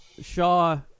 Shaw